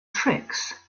tricks